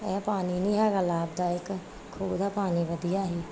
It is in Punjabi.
ਇਹ ਪਾਣੀ ਨਹੀਂ ਹੈਗਾ ਲਾਭਦਾਇਕ ਖੂਹ ਦਾ ਪਾਣੀ ਵਧੀਆ ਸੀ